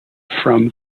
from